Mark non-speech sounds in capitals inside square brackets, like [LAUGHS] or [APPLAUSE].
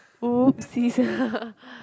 oopsies [LAUGHS]